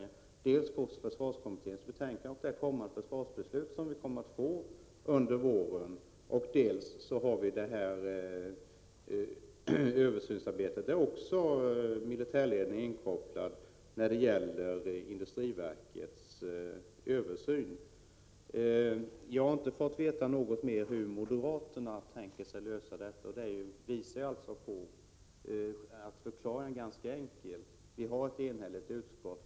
Det gäller att avvakta dels försvarskommitténs betänknande, dels det försvarsbeslut som vi kommer att fatta under våren. Det pågår också ett översynsarbete inom industriverket där militärledningen är inkopplad. Jag har inte fått veta något mer om hur moderaterna tänker lösa frågan. Förklaringen till det är ganska enkel. Utskottet är enhälligt i sitt ställningstagande.